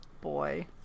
boy